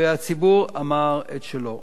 והציבור אמר את שלו.